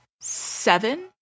Seven